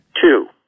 Two